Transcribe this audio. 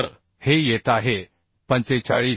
तर हे येत आहे 45